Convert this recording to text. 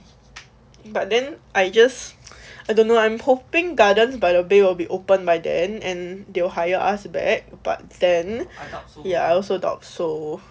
but then I just I don't know I'm hoping gardens by the bay will be open by then and they'll hire us back but then ya I also doubt so